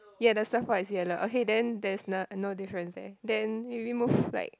ya the surfboard is yellow okay then there is no no difference eh then you move like